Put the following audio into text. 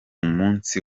munsi